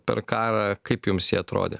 per karą kaip jums jie atrodė